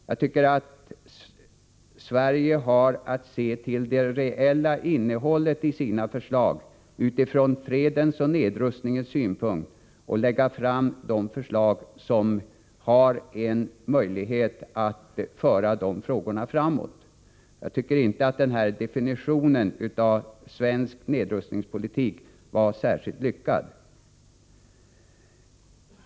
Jag tycker att Sverige har att se till det reella innehållet i sina förslag utifrån fredens och nedrustningens synpunkt. Vi bör lägga fram de förslag som har en möjlighet att föra frågorna framåt. Den definition av svensk nedrustningspolitik som Ivar Virgin gjorde var inte särskilt lyckad.